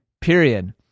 Period